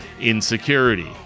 insecurity